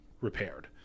repaired